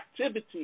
activity